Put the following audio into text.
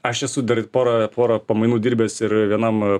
aš esu dar porą porą pamainų dirbęs ir vienam